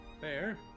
fair